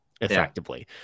effectively